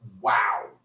wow